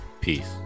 peace